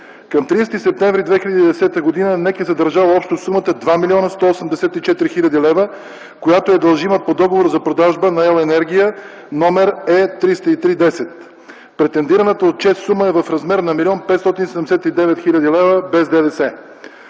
Към 30 септември 2010 г. НЕК е задържала общо сумата 2 млн. 184 хил. лв., която е дължима по договор за продажба на електроенергия № Е-303-10. Претендираната от ЧЕЗ сума е в размер на 1 млн. 579 хил. лв. без ДДС.